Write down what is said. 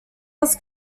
was